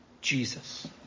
Jesus